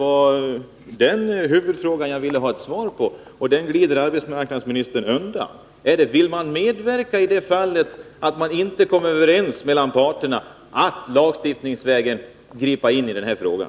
Det var den huvudfrågan som jag ville ha ett svar på, men den frågan glider arbetsmarknadsministern undan. Eller vill man — för det fall att parterna inte kommer överens — medverka till att lagstiftningsvägen gripa in i den här frågan?